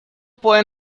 puedo